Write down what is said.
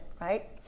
right